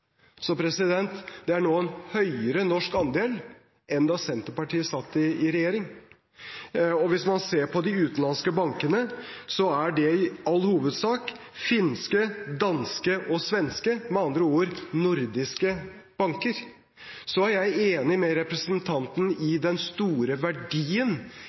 Det er nå en høyere norsk andel enn da Senterpartiet satt i regjering. Hvis man ser på de utenlandske bankene, er det i all hovedsak finske, danske og svenske, med andre ord nordiske banker. Jeg er enig med representanten om den store verdien